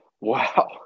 wow